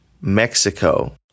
Mexico